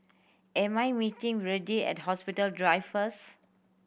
am I meeting Verdie at Hospital Drive first